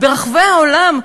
ברחבי העולם,